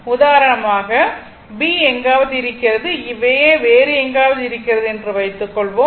உதாரணமாக B எங்காவது இருக்கிறது A வேறு எங்காவது இருக்கிறது என்று வைத்துக்கொள்வோம்